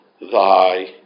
thy